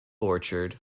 orchard